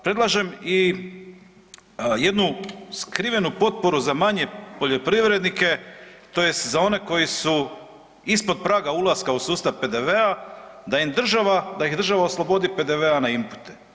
Predlažem i jednu skrivenu potporu za manje poljoprivrednike tj. za one koji su ispod praga ulaska u sustav PDV-a, da im država, da ih država oslobodit PDV-a na inpute.